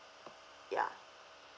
yeah